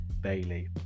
Bailey